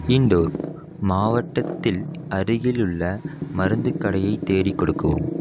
indoor மாவட்டத்தில் அருகிலுள்ள மருந்துக் கடையை தேடிக் கொடுக்கவும்